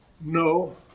No